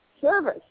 service